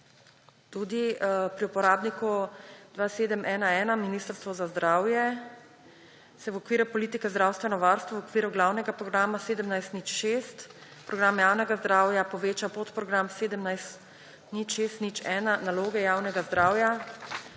tudi pri uporabniku 2711, Ministrstvo za zdravje, se v okviru politike Zdravstveno varstvo v okviru glavnega programa 1706 Program javnega zdravja poveča podprogram 170601 Naloge javnega zdravja.